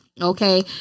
okay